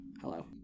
hello